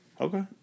Okay